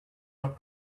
are